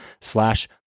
slash